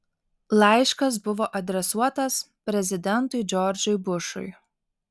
laiškas buvo adresuotas prezidentui džordžui bušui